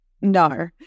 no